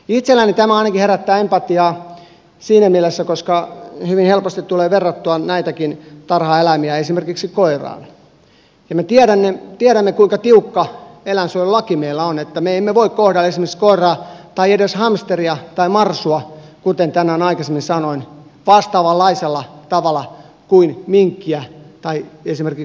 itselläni tämä ainakin herättää empatiaa siinä mielessä koska hyvin helposti tulee verrattua näitäkin tarhaeläimiä esimerkiksi koiraan ja me tiedämme kuinka tiukka eläinsuojelulaki meillä on että me emme voi kohdella esimerkiksi koiraa tai edes hamsteria tai marsua kuten tänään aikaisemmin sanoin vastaavanlaisella tavalla kuin minkkiä tai esimerkiksi supikoiraa